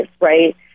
right